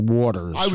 waters